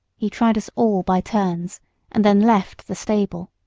he tried us all by turns and then left the stable.